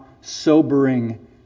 sobering